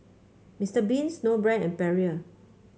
Mister Bean Snowbrand and Perrier